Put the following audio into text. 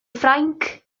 ffrainc